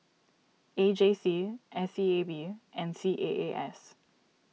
A J C S E A B and C A A S